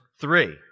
three